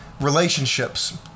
relationships